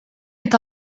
est